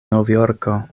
novjorko